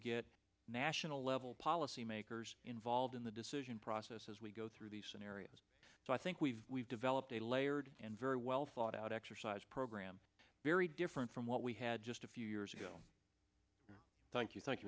get national level policymakers involved in the decision process as we go through these scenarios so i think we've developed a layered and very well thought out exercise program very different from what we had just a few years ago thank you thank you